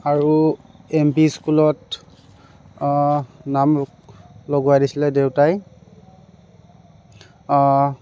আৰু M V স্কুলত নাম ল লগোৱাই দিছিলে দেউতাই